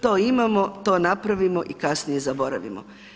To imamo, to napravimo i kasnije zaboravimo.